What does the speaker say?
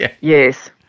Yes